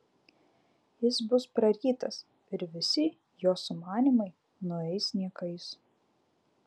jis bus prarytas ir visi jos sumanymai nueis niekais